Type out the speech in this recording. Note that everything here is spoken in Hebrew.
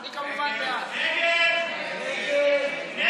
ההצעה להעביר את הנושא לוועדה לא